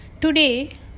Today